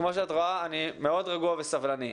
כמו שאת רואה, אני מאוד רגוע וסבלני.